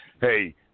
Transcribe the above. hey